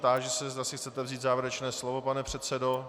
Táži se, zda si chcete vzít závěrečné slovo, pane předsedo.